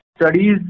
Studies